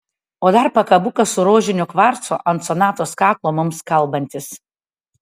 o dar pakabukas su rožiniu kvarcu ant sonatos kaklo mums kalbantis